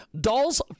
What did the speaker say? Dolls